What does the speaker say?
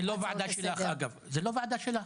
זו לא וועדה שלך אגב, זו לא וועדה שלך.